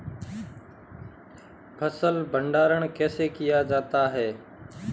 फ़सल भंडारण कैसे किया जाता है?